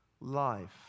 life